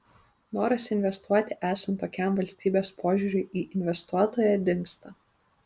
noras investuoti esant tokiam valstybės požiūriui į investuotoją dingsta